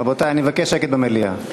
רבותי, אני מבקש שקט במליאה.